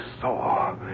saw